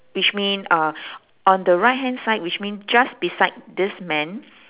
which mean uh on the right hand side which mean just beside this man